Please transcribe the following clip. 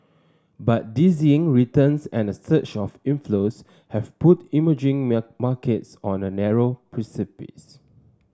but dizzying returns and a surge of inflows have put emerging markets on a narrow precipice